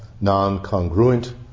non-congruent